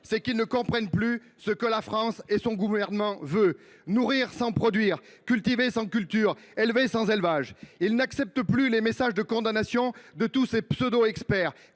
c’est qu’ils ne comprennent plus ce que la France et son gouvernement veulent : nourrir sans produire, cultiver sans cultures, élever sans élevage. Ils n’acceptent plus les messages de condamnation de tous ces pseudo experts